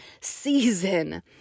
season